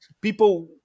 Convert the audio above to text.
people